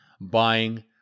Buying